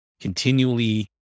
Continually